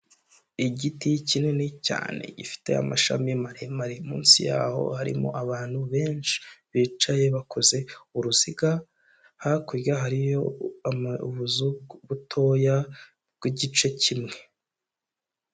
Igiti kinini cyane gifite amashami maremare, munsi yaho harimo abantu benshi bicaye bakoze uruziga, hakurya hariyo ubuzu butoya bw'igice kimwe.